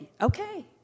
okay